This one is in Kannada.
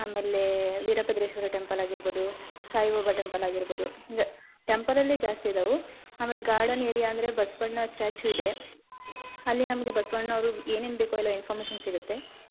ಆಮೇಲೆ ವೀರಭದ್ರೇಶ್ವರ ಟೆಂಪಲ್ ಆಗಿರ್ಬೌದು ಸಾಯಿಬಾಬಾ ಟೆಂಪಲ್ ಆಗಿರ್ಬೌದು ಟೆಂಪಲ್ ಅಲ್ಲಿ ಜಾಸ್ತಿ ಇದಾವೆ ಆಮೇಲೆ ಗಾರ್ಡನ್ ಏರಿಯಾ ಅಂದರೆ ಬಸವಣ್ಣ ಸ್ಟ್ಯಾಚು ಇದೆ ಅಲ್ಲಿ ನಮಗೆ ಬಸವಣ್ಣ ಅವರು ಏನೇನು ಬೇಕೋ ಎಲ್ಲ ಇನ್ಫರ್ಮೇಷನ್ ಸಿಗುತ್ತೆ